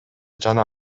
жана